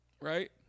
right